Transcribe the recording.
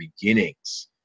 beginnings